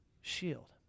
shield